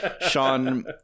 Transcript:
Sean